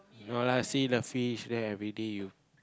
no lah see the fish then everyday you